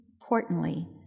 importantly